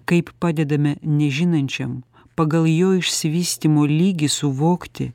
kaip padedame nežinančiam pagal jo išsivystymo lygį suvokti